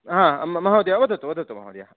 हा म महोदय वदतु वदतु महोदय